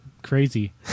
Crazy